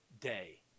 day